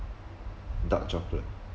dark chocolate